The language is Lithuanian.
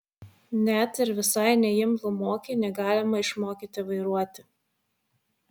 net ir visai neimlų mokinį galima išmokyti vairuoti